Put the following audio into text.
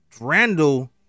Randall